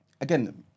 again